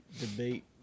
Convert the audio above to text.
debate